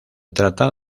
trata